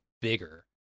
bigger